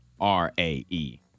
R-A-E